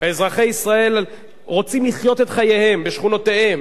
אזרחי ישראל רוצים לחיות את חייהם בשכונותיהם,